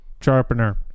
sharpener